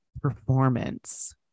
performance